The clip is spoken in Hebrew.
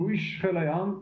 שהוא איש חיל הים,